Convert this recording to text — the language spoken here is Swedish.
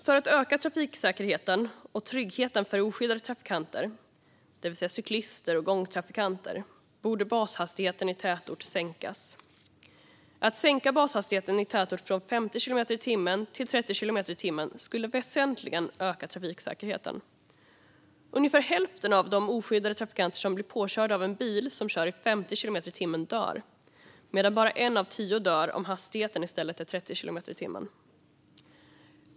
För att öka trafiksäkerheten och tryggheten för oskyddade trafikanter, det vill säga cyklister och gångtrafikanter, borde bashastigheten i tätort sänkas. Att sänka bashastigheten i tätort från 50 kilometer i timmen till 30 kilometer i timmen skulle väsentligen öka trafiksäkerheten. Ungefär hälften av de oskyddade trafikanter som blir påkörda av en bil som kör i 50 kilometer i timmen dör, medan bara en av tio dör om hastigheten i stället är 30 kilometer i timmen.